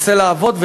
יצא לעבוד,